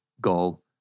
goal